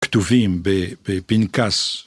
כתובים בפנקס